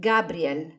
Gabriel